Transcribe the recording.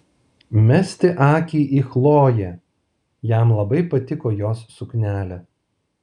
mesti akį į chlojė jam labai patiko jos suknelė